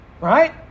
right